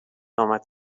آمد